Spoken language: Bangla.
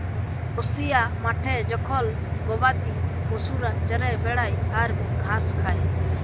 কসিয়া মাঠে জখল গবাদি পশুরা চরে বেড়ায় আর ঘাস খায়